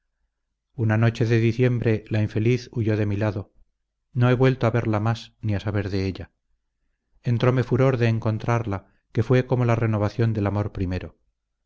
una noche de diciembre la infeliz huyó de mi lado no he vuelto a verla más ni a saber de ella entrome furor de encontrarla que fue como la renovación del amor primero